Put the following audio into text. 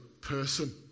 person